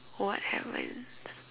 what happens